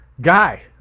guy